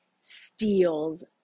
steals